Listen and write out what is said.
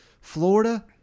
Florida